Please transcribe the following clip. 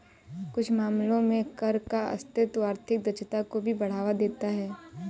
कुछ मामलों में कर का अस्तित्व आर्थिक दक्षता को भी बढ़ावा देता है